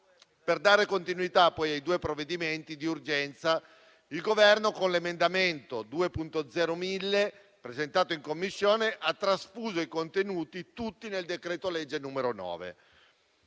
Per dare continuità poi ai due provvedimenti di urgenza, il Governo, con l'emendamento 2.0.1000 presentato in Commissione, ha trasfuso tutti i contenuti nel decreto-legge n. 9.